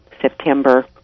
September